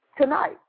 tonight